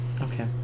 Okay